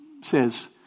says